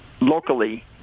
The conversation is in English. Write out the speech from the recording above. locally –